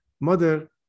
Mother